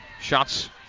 shots